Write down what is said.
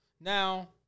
Now